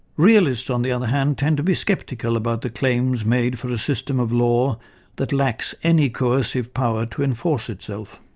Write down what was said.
realists, on the other hand, tend to be sceptical about the claims made for a system of law that lacks any coercive power to enforce itself.